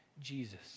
Jesus